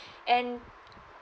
and